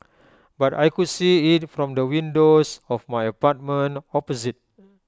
but I could see IT from the windows of my apartment opposite